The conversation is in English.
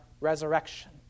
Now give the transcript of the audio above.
resurrection